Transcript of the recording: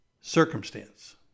circumstance